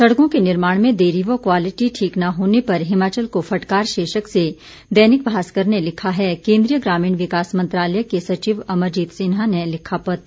सड़कों के निर्माण में देरी व क्वालिटी ठीक न होने पर हिमाचल को फटकार शीर्षक से दैनिक भास्कर ने लिखा है केन्द्रीय ग्रामीण विकास मंत्रालय के सचिव अमरजीत सिन्हा ने लिखा पत्र